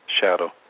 shadow